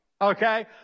okay